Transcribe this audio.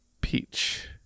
peach